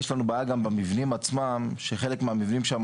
יש לנו בעיה גם במבנים עצמם שחלק מהמבנים שמה